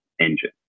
engine